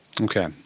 Okay